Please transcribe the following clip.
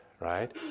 right